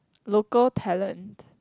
local talent